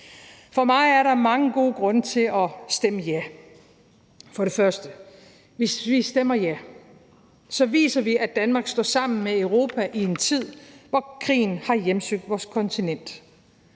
For mig er der mange gode grunde til at stemme ja. For det første vil jeg sige: Hvis vi stemmer ja, viser vi, at Danmark står sammen med Europa i en tid, hvor krigen har hjemsøgt vores kontinent.